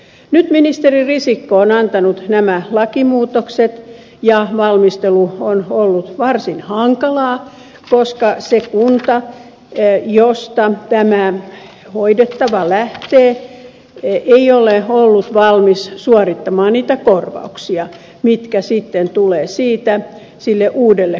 nyt ministeri risikko on antanut nämä lakimuutokset ja valmistelu on ollut varsin hankalaa koska se kunta josta tämä hoidettava lähtee ei ole ollut valmis suorittamaan niitä korvauksia mitkä sitten tulevat siitä sille uudelle kunnalle